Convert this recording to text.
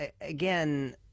again